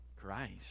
Christ